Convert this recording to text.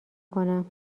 کنم